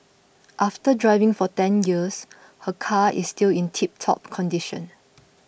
after driving for ten years her car is still in tiptop condition